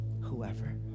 whoever